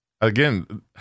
Again